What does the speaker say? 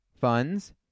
funds